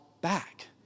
back